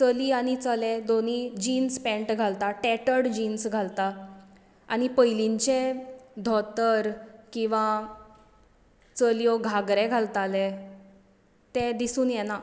चली आनी चले दोनी जिस्न पँट घालतात टॅटर्ड जिन्स घालता आनी पयलींचे धोतर किंवां चलयो घागरे घालताले ते दिसून येना